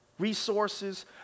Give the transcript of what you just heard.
resources